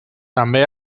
també